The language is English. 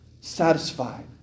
satisfied